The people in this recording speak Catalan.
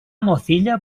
mozilla